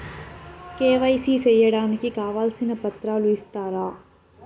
KYC సేయడానికి కావాల్సిన పత్రాలు ఇస్తారా?